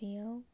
बेयो